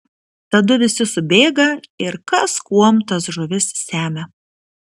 tadu visi subėga ir kas kuom tas žuvis semia